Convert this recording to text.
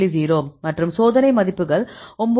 0 மற்றும் சோதனை மதிப்புகள் 9